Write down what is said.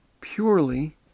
purely